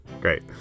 great